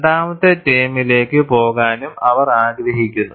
രണ്ടാമത്തെ ടേമിലേക്ക് പോകാനും അവർ ആഗ്രഹിക്കുന്നു